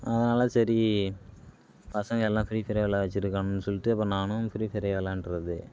அதனால் சரி பசங்கள் எல்லாம் ஃப்ரிஃபயரே எல்லாம் வச்சிருக்கான்னு சொல்ட்டு நானும் ஃப்ரிஃபயரே வெளாண்டுறது